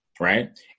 Right